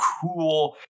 cool